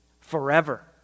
forever